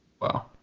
Wow